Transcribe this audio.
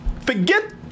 Forget